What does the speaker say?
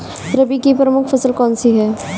रबी की प्रमुख फसल कौन सी है?